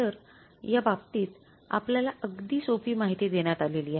तर या बाबतीत आपल्याला अगदी सोपी माहिती देण्यात आलेली आहे